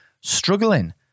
struggling